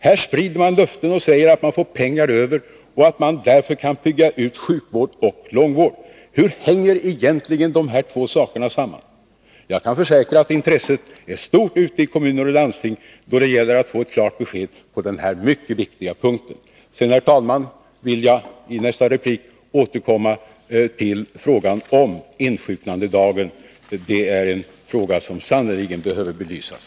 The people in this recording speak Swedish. Här sprider man löften och säger att man får pengar över och därför kan bygga ut sjukvård och långvård. Hur hänger egentligen dessa två saker samman? Jag kan försäkra att intresset är stort ute i kommuner och landsting för att få ett klart besked på denna mycket viktiga punkt. Herr talman! Jag vill i nästa replik återkomma till frågan om insjuknandedagen — det är en fråga som sannerligen behöver belysas.